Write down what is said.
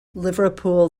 liverpool